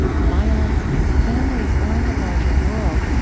violence, in our families or in the larger world,